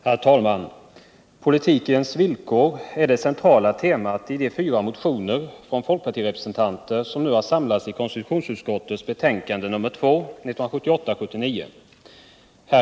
Herr talman! Politikens villkor är det centrala temat i de fyra motioner från folkpartirepresentanter som nu har samlats i konstitutionsutskottets betänkande 1978/79:2.